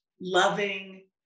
loving